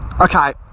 okay